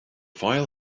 file